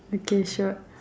okay sure